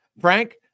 Frank